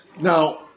now